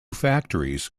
factories